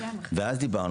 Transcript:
ואז דיברנו,